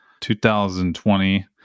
2020